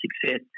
success